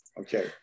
Okay